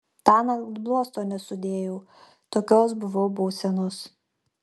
tąnakt bluosto nesudėjau tokios buvau būsenos